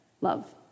love